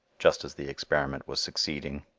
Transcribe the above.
just as the experiment was succeeding.